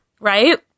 right